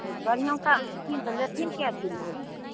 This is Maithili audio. तऽ बढ़ियोंका तऽ लेथिन कए किलो